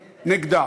נגדה.